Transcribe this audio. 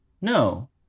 No